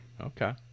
Okay